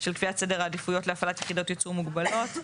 של קביעת סדר העדיפויות להפעלת יחידות ייצור מוגבלות.